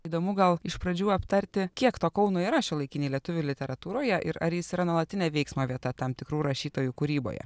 įdomu gal iš pradžių aptarti kiek to kauno yra šiuolaikinėj lietuvių literatūroje ir ar jis yra nuolatinė veiksmo vieta tam tikrų rašytojų kūryboje